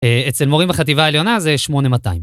אצל מורים בחטיבה העליונה זה 8200.